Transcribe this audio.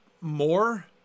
more